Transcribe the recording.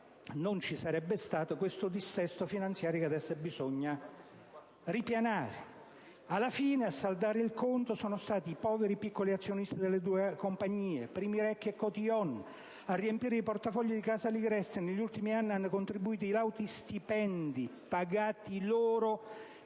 non ci sarebbe stato il dissesto finanziario che ora bisogna ripianare. Alla fine, a saldare il conto sono stati i poveri piccoli azionisti delle due compagnie. Ricchi premi e *cotillons.* A riempire i portafogli di casa Ligresti negli ultimi anni hanno contribuito i lauti stipendi pagati loro